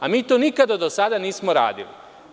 Mi to nikada do sada nismo radili.